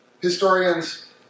historians